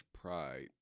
pride